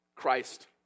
Christ